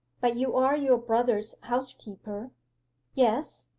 but you are your brother's housekeeper yes.